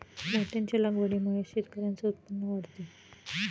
मोत्यांच्या लागवडीमुळे शेतकऱ्यांचे उत्पन्न वाढते